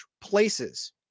places